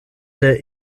der